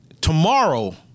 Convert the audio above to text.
tomorrow